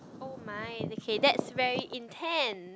oh my okay that's very intense